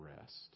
rest